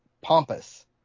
pompous